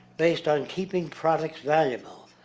based on keeping products valuable.